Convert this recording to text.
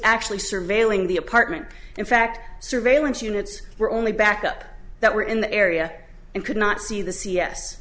actually surveilling the apartment in fact surveillance units were only backup that were in the area and could not see the c s